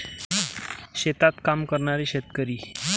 शेतात काम करणारे शेतकरी